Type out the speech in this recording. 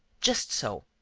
just so!